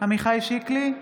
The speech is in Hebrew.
עמיחי שיקלי,